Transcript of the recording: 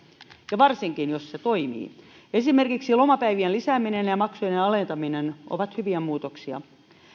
ja varsinkin jos se toimii esimerkiksi lomapäivien lisääminen ja maksujen alentaminen ovat hyviä muutoksia